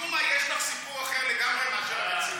משום מה יש לך סיפור אחר לגמרי מאשר המציאות.